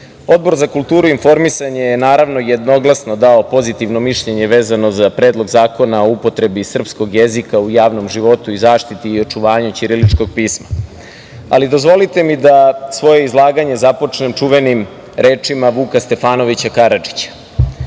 Odbor za kulturu i informisanje je, naravno, jednoglasno dao pozitivno mišljenje vezano za Predlog zakona o upotrebi srpskog jezika u javnom životu i zaštiti i očuvanju ćiriličkog pisma. Dozvolite mi da svoje izlaganja započnem čuvenim rečima Vuka Stefanovića Karadžića: